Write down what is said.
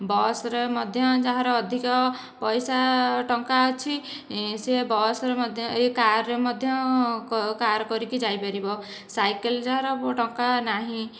ବସ୍ରେ ମଧ୍ୟ ଯାହାର ଅଧିକ ପଇସା ଟଙ୍କା ଅଛି ସିଏ ବସ୍ରେ ମଧ୍ୟ ଇଏ କାର୍ରେ ମଧ୍ୟ କାର୍ କରିକି ଯାଇପାରିବ ସାଇକେଲ୍ ଯାହାର ଟଙ୍କା ନାହିଁ